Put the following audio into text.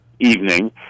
evening